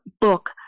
book